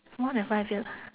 more than five years